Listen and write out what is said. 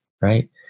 right